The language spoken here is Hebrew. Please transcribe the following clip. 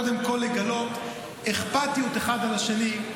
קודם כול לגלות אכפתיות אחד לשני,